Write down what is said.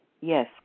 Yes